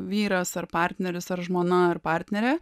vyras ar partneris ar žmona ar partnerė